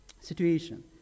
situation